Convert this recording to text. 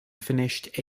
finished